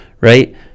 right